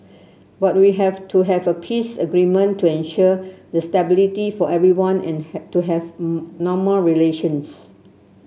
but we have to have a peace agreement to assure the stability for everyone and to have normal relations